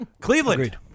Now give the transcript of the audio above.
Cleveland